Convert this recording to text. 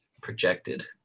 projected